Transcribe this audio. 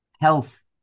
health